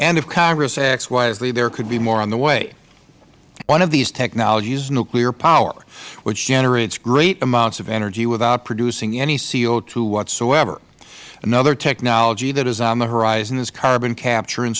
and if congress acts wisely there could be more on the way one of these technologies is nuclear power which generates great amounts of energy without producing any co whatsoever another technology that is on the horizon is carbon captur